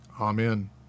Amen